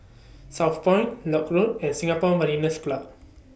Southpoint Lock Road and Singapore Mariners' Club